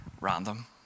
random